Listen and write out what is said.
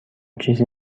چیزی